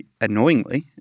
annoyingly